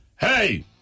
Hey